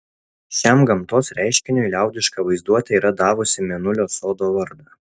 šiam gamtos reiškiniui liaudiška vaizduotė yra davusi mėnulio sodo vardą